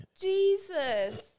Jesus